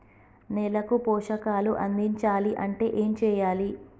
నేలకు పోషకాలు అందించాలి అంటే ఏం చెయ్యాలి?